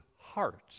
heart